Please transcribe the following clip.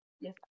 Yes